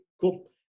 Cool